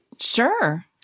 Sure